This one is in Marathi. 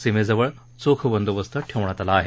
सीमेजवळ चोख बंदोबस्त ठेवण्यात आला आहे